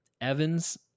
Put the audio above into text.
Evans